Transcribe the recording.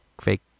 fake